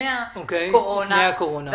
לפני הקורונה,